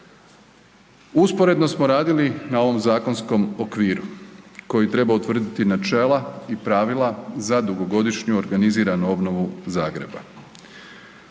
Usporedno smo radili na ovom zakonskom okviru koji treba utvrditi načela i pravila za dugogodišnju organiziranu obnovu Zagreba.